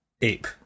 ape